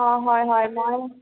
অ হয় হয় মই